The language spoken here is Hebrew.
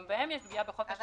גם בהם יש פגיעה בחופש הביטוי,